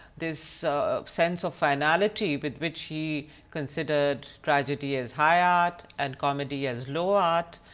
this sense of finality with which he considered tragedy as high art and comedy as low art,